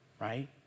right